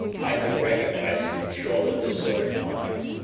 i could recognize and control a disordered mind.